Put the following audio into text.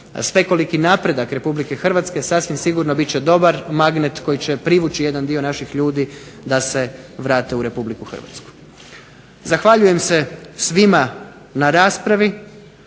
svekoliki napredak RH sasvim sigurno bit će dobar magnet koji će privući jedan dio naših ljudi da se vrate u RH. Zahvaljujem se svima na raspravi.